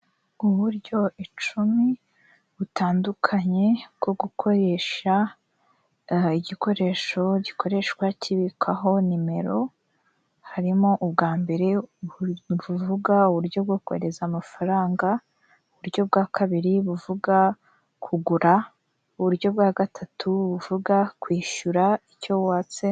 Uburyo icumi butandukanye bwo gukoresha igikoresho gikoreshwa kibikwaho nimero, harimo ubwa mbere buvuga uburyo bwo kohereza amafaranga, uburyo bwa kabiri buvuga kugura, uburyo bwa gatatu buvuga kwishyura icyo watse.